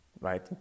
right